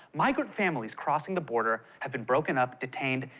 migrant families crossing the border have been broken up, detained,